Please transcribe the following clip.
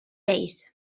days